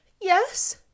Yes